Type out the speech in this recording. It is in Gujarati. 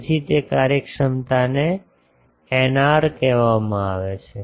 તેથી તે કાર્યક્ષમતાને ηr કહેવામાં આવે છે